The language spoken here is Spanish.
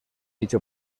dicho